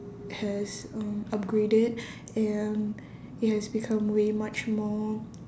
has um upgraded and it has become way much more